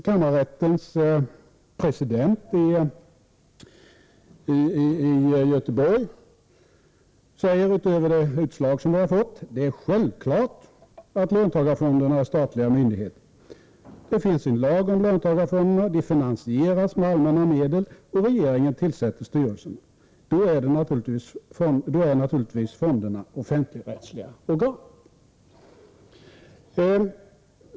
Kammarrättens i Göteborg president säger utöver det utslag som vi har fått att det är självklart att löntagarfonderna är statliga myndigheter. Det finns en lag om löntagarfonderna, de finansieras med allmänna medel, och regeringen tillsätter styrelserna. Då är fonderna naturligtvis offentligrättsliga organ.